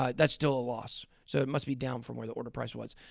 ah that's still a loss. so it must be down from where the order price was.